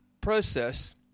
process